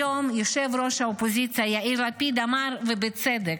היום ראש האופוזיציה יאיר לפיד אמר, ובצדק: